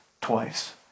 twice